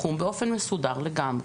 תחום באופן מסודר לגמרי.